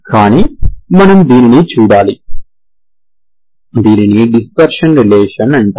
కానీ మనం దీనిని చూడాలి దీనిని డిస్పర్షన్ రిలేషన్ అంటారు